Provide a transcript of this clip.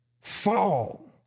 fall